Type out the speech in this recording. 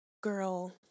Girl